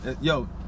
yo